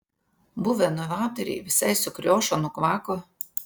buvę novatoriai visai sukriošo nukvako